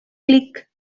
clic